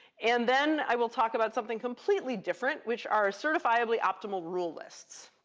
and then i will talk about something completely different, which are certifiably optimal rule lists.